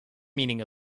meaning